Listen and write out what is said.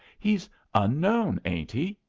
he's unknown, ain't he?